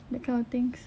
that kind of things